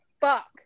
fuck